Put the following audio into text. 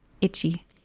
Itchy